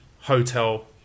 hotel